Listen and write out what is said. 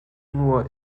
nur